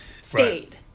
stayed